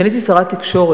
כשאני הייתי שרת התקשורת